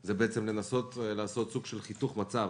היא לנסות לעשות סוג של חיתוך מצב